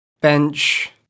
bench